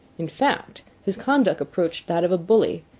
in fact, his conduct approached that of a bully,